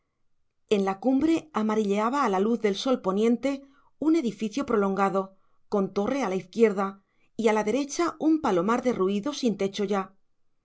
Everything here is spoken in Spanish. en la cumbre amarilleaba a la luz del sol poniente un edificio prolongado con torre a la izquierda y a la derecha un palomar derruido sin techo ya